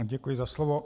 Děkuji za slovo.